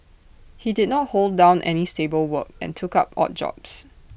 he did not hold down any stable work and took up odd jobs